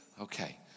Okay